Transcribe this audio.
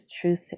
truth